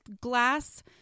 glass